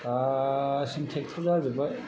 गासैबो ट्रेक्टर जाजोबबाय